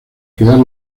crear